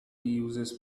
uses